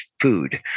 food